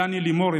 דני לימור,